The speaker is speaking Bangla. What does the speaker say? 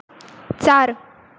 চার